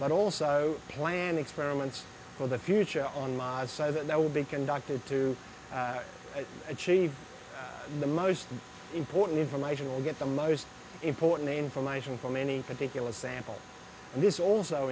but also plan experiments for the future on mas so that there will be conducted to achieve the most important information will get the most important information from any particular sample and this also